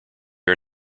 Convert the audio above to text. are